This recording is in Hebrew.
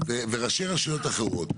וראשי רשויות אחרות,